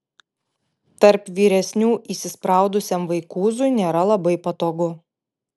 tarp vyresnių įsispraudusiam vaikūzui nėra labai patogu